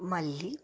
మళ్లీ